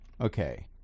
Okay